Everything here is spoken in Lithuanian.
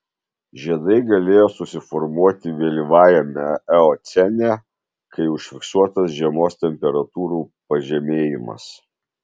žiedai galėjo susiformuoti vėlyvajame eocene kai užfiksuotas žiemos temperatūrų pažemėjimas